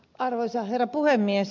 arvoisa herra puhemies